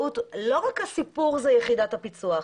הסיפור הוא לא רק יחידת הפיצו"ח,